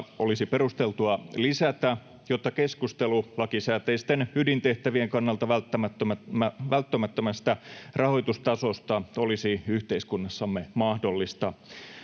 olisi perusteltua lisätä, jotta keskustelu lakisääteisten ydintehtävien kannalta välttämättömästä rahoitustasosta olisi yhteiskunnassamme mahdollista.